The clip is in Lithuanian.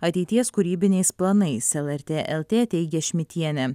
ateities kūrybiniais planais lrt lt teigė šmitienė